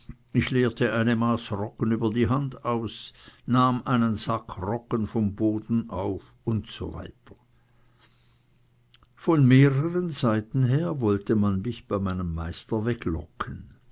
ich leerte ein maß roggen über die hand aus nahm einen sack roggen vom boden auf usw von mehreren seiten her wollte man mich bei meinem meister weglocken